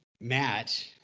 Matt